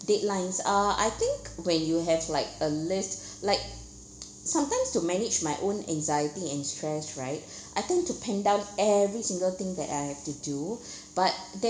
deadlines uh I think where you have like a list like sometimes to manage my own anxiety and stress right I tend to pen down every single thing that I have to do but there